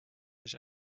sich